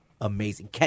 amazing